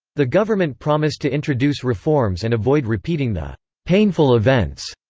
the government promised to introduce reforms and avoid repeating the painful events.